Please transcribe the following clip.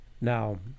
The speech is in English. Now